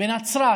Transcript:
בנצרת